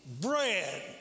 bread